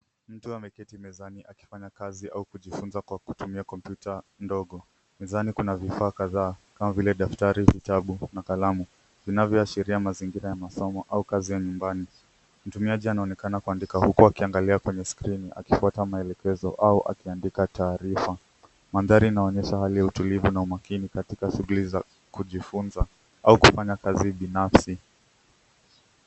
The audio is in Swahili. Mtu ameketi mezani akifanya kazi au kujifunza kwa kutumia kompyuta ndogo. Mezani kuna vifaa kadhaa kama vile daftari, kitabu na kalamu, vinavyoashiria mazingira ya masomo au kazi ya nyumbani. Mtumiaji anaonekana kuandika huku akiangalia kwenye skrini, akifuata maelekezo au akiandika taarifa. Mandhari inaonyesha hali ya utulivu na umakini katika shughuli za kujifunza, au kufanya kazi binafsi.